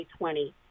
2020